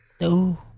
No